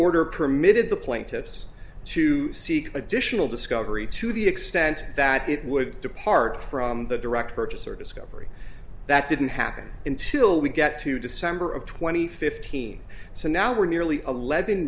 order permitted the plaintiffs to seek additional discovery to the extent that it would depart from the direct purchase or discovery that didn't happen until we get to december of twenty fifteen so now we're nearly eleven